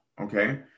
okay